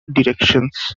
directions